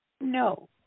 No